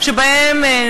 לאחר שהם נולדים.